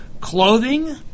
clothing